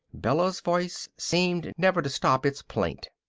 bella's voice seemed never to stop its plaint.